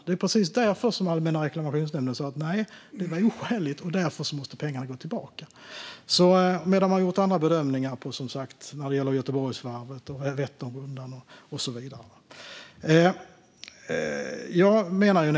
Det var precis därför Allmänna reklamationsnämnden sa att det var oskäligt och att pengarna därför måste gå tillbaka, medan man som sagt har gjort andra bedömningar när det gäller Göteborgsvarvet, Vätternrundan och så vidare.